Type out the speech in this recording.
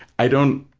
i don't,